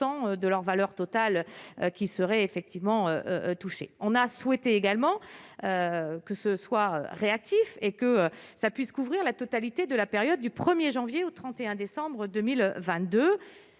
de leur valeur totale qui serait effectivement touchées, on a souhaité également que ce soit réactif et que ça puisse couvrir la totalité de la période du 1er janvier au 31 décembre 2022,